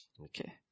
Okay